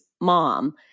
mom